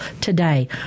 today